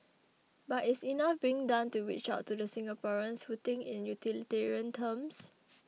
but is enough being done to reach out to the Singaporeans who think in utilitarian terms